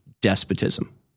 despotism